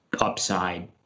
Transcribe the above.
upside